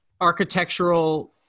architectural